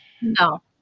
no